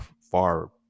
far